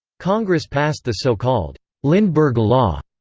congress passed the so-called lindbergh law,